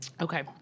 Okay